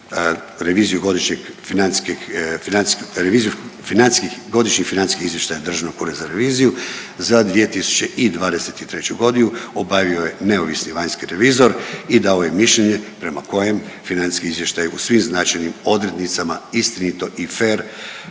reviziju godišnjih financijskih izvještaja Državnog ureda za reviziju za 2023. g. obavio je neovisni vanjski revizor i dao je mišljenje prema kojem financijski izvještaj u svim značajnim odrednicama istinito i fer